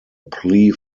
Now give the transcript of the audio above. plea